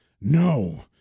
no